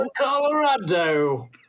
Colorado